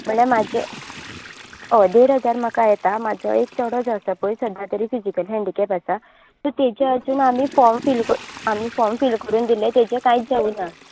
म्हळ्यार म्हाजे हय देड हजार म्हाका येता म्हाजो एक चोडो जो आसा पय सद्या तरी फिजिकल्ली हेन्डीकॅप आसा सो तेज्या हातून आमी फाॅर्म फिल करून आमी फोर्म फिल करून दिलें तेजें कांयत जावना